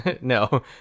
no